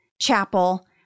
chapel